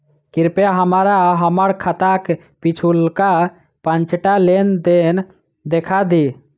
कृपया हमरा हम्मर खाताक पिछुलका पाँचटा लेन देन देखा दियऽ